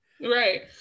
Right